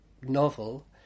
novel